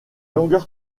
longueur